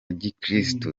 gikristu